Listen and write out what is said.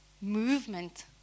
Movement